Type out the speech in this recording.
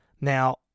Now